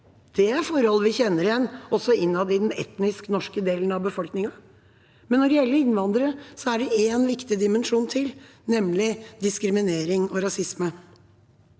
det er forhold vi kjenner igjen, også innad i den etnisk norske delen av befolkningen. Men når det gjelder innvandrere, er det en viktig dimensjon til, nemlig diskriminering og rasisme.